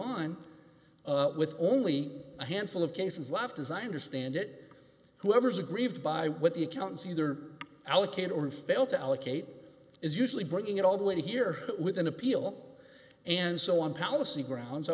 on with only a handful of cases left designed or stand it whoever's aggrieved by what the accounts either allocate or fail to allocate is usually bringing it all the way to here with an appeal and so on policy grounds i